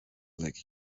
like